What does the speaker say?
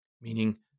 Meaning